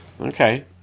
Okay